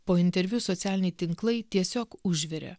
po interviu socialiniai tinklai tiesiog užvirė